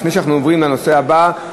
לפני שאנחנו עוברים לנושא הבא,